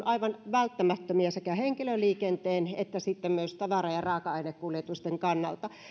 aivan välttämättömiä sekä henkilöliikenteen että myös tavara ja raaka ainekuljetusten kannalta